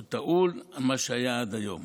הוא טעון על מה שהיה עד היום.